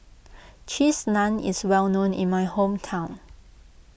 Cheese Naan is well known in my hometown